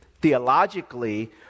theologically